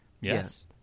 Yes